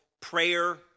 Prayer